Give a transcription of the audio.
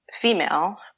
female